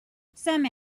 some